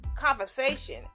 conversation